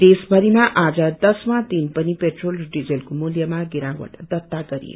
देशभरी आज दश वा दिन पनि पेट्रोल र डिजलको मूल्यमा गिरावट दर्ता गरियो